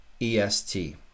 EST